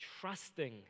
trusting